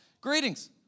Greetings